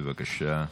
בבקשה.